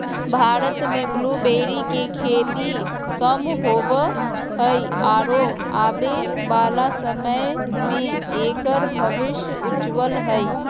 भारत में ब्लूबेरी के खेती कम होवअ हई आरो आबे वाला समय में एकर भविष्य उज्ज्वल हई